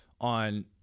on